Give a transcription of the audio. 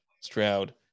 Stroud